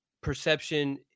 perception